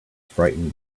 frightened